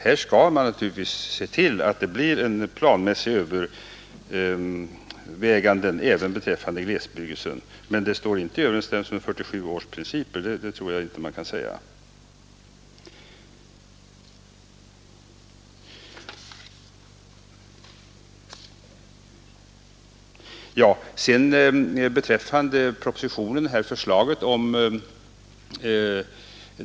Här skall man naturligtvis se till, att det blir planöverväganden även beträffande glesbebyggelsen — men jag tror inte man kan säga att det står i överensstämmelse med 1947 års principer.